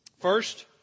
First